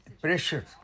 pressure